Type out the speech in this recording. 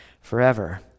forever